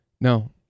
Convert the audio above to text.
no